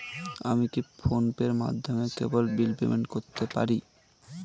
আমি কি ফোন পের মাধ্যমে কেবল বিল পেমেন্ট করতে পারি?